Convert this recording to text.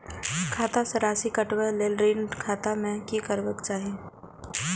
खाता स राशि कटवा कै लेल ऋण खाता में की करवा चाही?